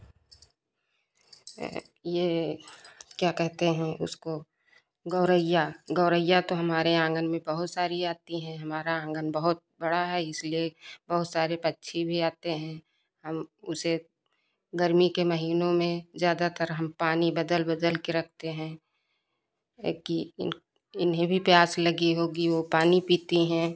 यह क्या कहते हैं उसको गोरैया गोरैया तो हमारे आँगन में बहुत सारी आती हैं हमारा आँगन बहुत बड़ा है इसलिए बहुत सारे पक्षी भी आते हैं हम उसे गर्मी के महीनों में ज़्यादातर हम पानी बदल बदल कर रखते हैं एक कि इन इन्हें भी प्यास लगी होगी वह पानी पीती हैं